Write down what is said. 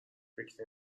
فکر